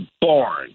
born